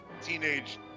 teenage